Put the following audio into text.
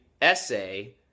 essay